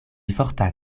forta